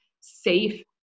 safe